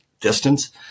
distance